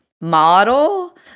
model